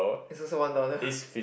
is also one dollar